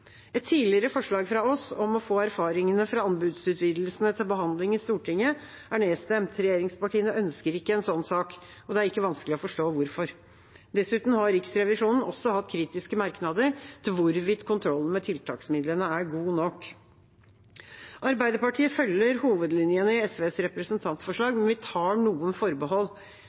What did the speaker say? Et tidligere forslag fra oss om å få erfaringene fra anbudsutvidelsene til behandling i Stortinget, er nedstemt. Regjeringspartiene ønsker ikke en slik sak, og det er ikke vanskelig å forstå hvorfor. Dessuten har Riksrevisjonen også hatt kritiske merknader til hvorvidt kontrollen med tiltaksmidlene er god nok. Arbeiderpartiet følger hovedlinjene i SVs representantforslag, men vi tar noen forbehold.